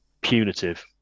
punitive